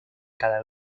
cada